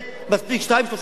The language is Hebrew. מספיק שניים-שלושה חדרים,